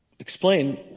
Explain